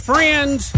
Friends